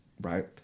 right